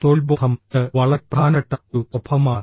തൊഴിൽബോധംഃ ഇത് വളരെ പ്രധാനപ്പെട്ട ഒരു സ്വഭാവമാണ്